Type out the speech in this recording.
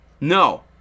no